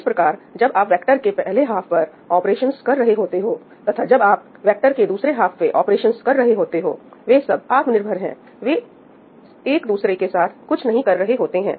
इस प्रकार जब आप वेक्टर के पहले हाफ पर ऑपरेशंस कर रहे होते हो तथा जब आप वेक्टर के दूसरे हाफ पे ऑपरेशंस कर रहे होते हो वे सब आत्मनिर्भर हैं वे एक दूसरे के साथ कुछ नहीं कर रहे होते हैं